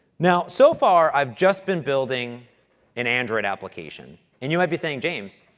now, so far, i've just been building an android application. and you might be saying, james,